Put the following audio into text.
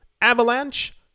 Avalanche